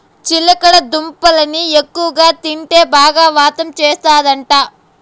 చిలకడ దుంపల్ని ఎక్కువగా తింటే బాగా వాతం చేస్తందట